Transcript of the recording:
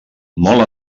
molt